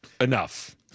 Enough